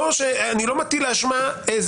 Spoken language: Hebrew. אני לא מטיל אשמה.